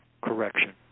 correction